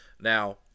Now